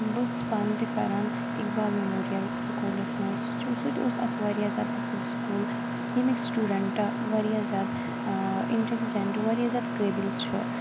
بہٕ ٲسٕس پانہٕ تہِ پَران اقبال میمورِیل سکوٗلس منٛز سُہ چھُ سُہ تہِ اوس اکھ واریاہ زیادٕ اصل سکوٗل ییٚمِکۍ سِٹوٗڑنٹ واریاہ زیادٕ اِنٹَلِجَنٹ واریاہ زیادٕ قٲبل چھُ